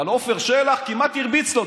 אבל עפר שלח כמעט הרביץ לו.